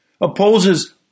opposes